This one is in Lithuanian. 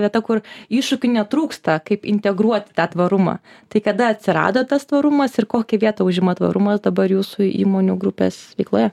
vieta kur iššūkių netrūksta kaip integruoti tą tvarumą tai kada atsirado tas tvarumas ir kokią vietą užima tvarumas dabar jūsų įmonių grupės veikloje